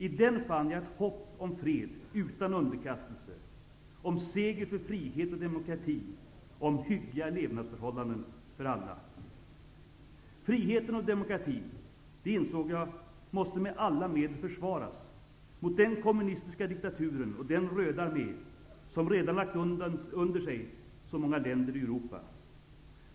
I den fann jag ett hopp om fred utan underkastelse, om seger för frihet och demokrati och om hyggliga levnadsförhållanden för alla. Friheten och demokratin, det insåg jag, måste med alla medel försvaras mot den kommunistiska diktaturen och den röda armé som redan lagt under sig så många länder i Europa.